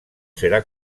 será